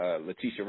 Letitia